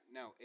no